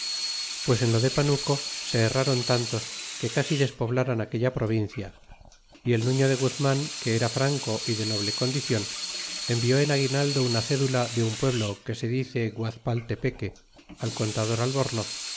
pues en lo de panuco se herraron tantos que casi d espoblaran aquella provincia y el nuño de guztnan que era franco y de noble condicion envió en a guinaldo una cédula de un p ueblo que se dice guazp altepeque al contador a lbornoz